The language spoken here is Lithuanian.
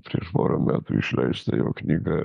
prieš porą metų išleistą jo knygą